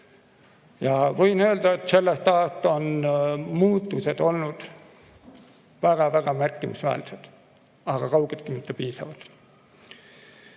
Ja võin öelda, et sellest ajast on muutused olnud väga märkimisväärsed, aga kaugeltki mitte piisavad.